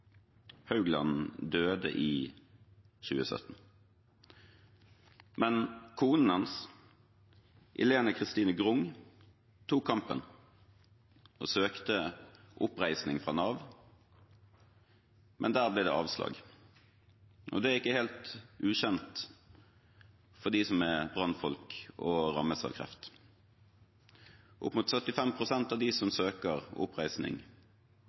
Haugland døde i 2017. Men kona hans, Ilene-Christine Grung, tok kampen. Hun søkte oppreisning fra Nav, men der ble det avslag, og det er ikke helt ukjent for dem som er brannfolk og rammes av kreft. Opp mot 75 pst. av dem som søker oppreisning